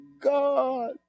God